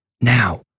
now